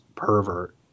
Pervert